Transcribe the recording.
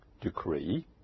decree